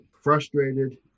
frustrated